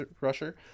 rusher